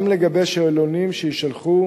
גם לגבי שאלונים שיישלחו